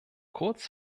kurz